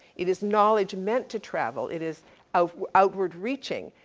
it is knowledge meant to travel. it is of outward reaching,